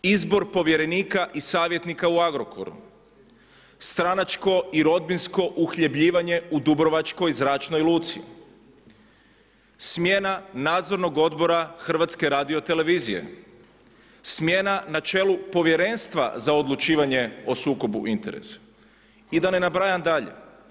Izbor povjerenika i savjetnika u Agrokoru, stranačko i rodbinsko uhljebljivanje u dubrovačkoj zračnoj luci, smjena nadzornog odbora HRT-a, smjena na čelu Povjerenstva za odlučivanje o sukobu interesa i da ne nabrajam dalje.